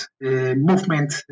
movement